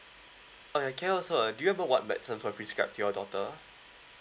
okay can I also uh do you remember what medicine for prescribe to your daughter